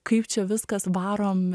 kaip čia viskas varom